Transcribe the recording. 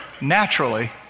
naturally